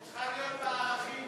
היא צריכה להיות בערכים ולא בחוק.